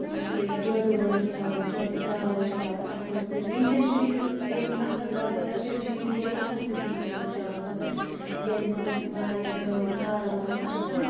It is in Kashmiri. تہٕ یہِ دۄد وۄد ٲسۍ تھاوان دۄد گاو ٲس چاوان اَتھو سۭتۍ وٕنکٮ۪ن چھِ یہِ ییٚمِس اکھ اکھ گاو آسہِ گَرِ تِم چھِ یوٗجؤلی اَتھَو سۭتی چاوان مَگَر ییٚمِس وۄنۍ واریاہ گٲوٕ فارَم وارم آسہِ کینٛہہ